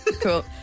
cool